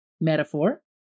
Metaphor